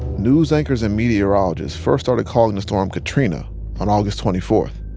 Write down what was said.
news anchors and meteorologists first started calling the storm katrina on august twenty four.